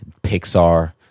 Pixar